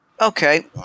Okay